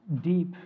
deep